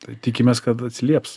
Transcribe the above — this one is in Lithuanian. tai tikimės kad atsilieps